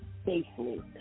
safely